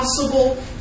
possible